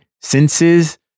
senses